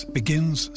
begins